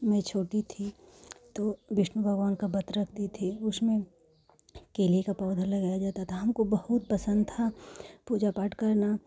मैं छोटी थी तो विष्णु भगवान का व्रत रखती थी उसमें केले का पौधा लगाया जाता था हमको बहुत पसंद था पूजा पाठ करना